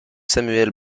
samuel